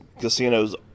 casinos